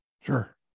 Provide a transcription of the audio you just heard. Sure